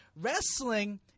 wrestling